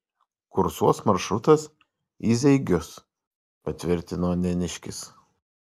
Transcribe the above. kursuos maršrutas į zeigius patvirtino neniškis